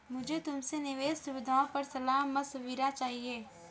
मुझे तुमसे निवेश सुविधाओं पर सलाह मशविरा चाहिए